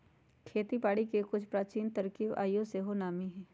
खेती बारिके के कुछ प्राचीन तरकिब आइयो सेहो नामी हइ